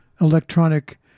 electronic